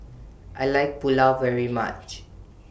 I like Pulao very much